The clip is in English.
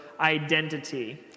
identity